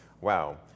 Wow